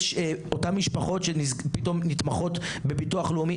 אותן משפחות שפתאום נתמכות בביטוח לאומי,